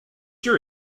your